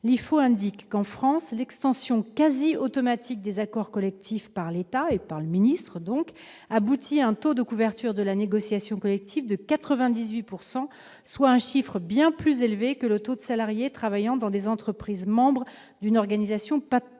L'IFO indique qu'en France, l'extension quasi automatique des accords collectifs par l'État et par le ministre du travail, donc, aboutit à un taux de couverture de la négociation collective de 98 %, soit un chiffre bien plus élevé que le taux de salariés travaillant dans des entreprises membres d'une organisation patronale.